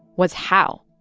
was, how?